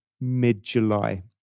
mid-July